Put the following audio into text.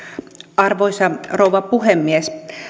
arvoisa rouva puhemies